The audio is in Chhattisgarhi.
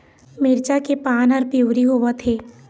मिरचा के पान हर पिवरी होवथे?